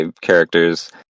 characters